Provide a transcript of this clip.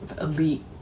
elite